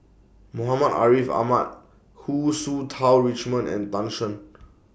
Muhammad Ariff Ahmad Hu Tsu Tau Richman and Tan Shen